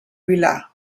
vilar